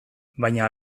baina